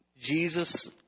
Jesus